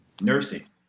nursing